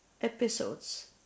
episodes